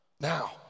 Now